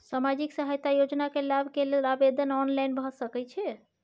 सामाजिक सहायता योजना के लाभ के लेल आवेदन ऑनलाइन भ सकै छै?